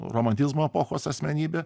romantizmo epochos asmenybė